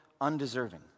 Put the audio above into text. undeserving